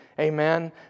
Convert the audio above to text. Amen